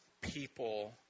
people